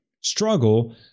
struggle